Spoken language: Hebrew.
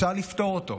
אפשר לפתור אותו.